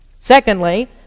Secondly